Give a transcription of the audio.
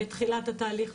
בתחילת התהליך.